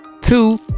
two